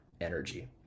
energy